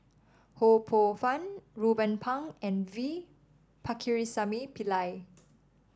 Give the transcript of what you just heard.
Ho Poh Fun Ruben Pang and V Pakirisamy Pillai